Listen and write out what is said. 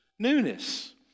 newness